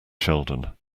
sheldon